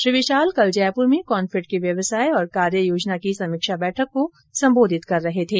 श्री विशाल कल जयपुर में कॉनफैड के व्यवसाय और कार्ययोजना की समीक्षा बैठक को संबोधित कर रहे थे